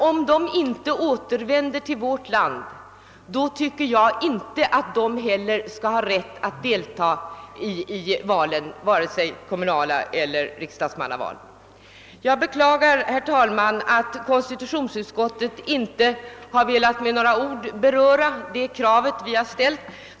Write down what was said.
Om de inte återvänder till vårt land bör de inte heller ha rätt att delta i vare sig kommunala val eller riksdagsmannaval. Jag beklagar, herr talman, att konstitutionsutskottet inte har velat med några ord beröra det krav vi har ställt.